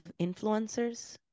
influencers